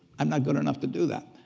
i'm not good enough to do that,